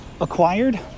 acquired